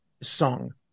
song